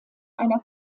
einer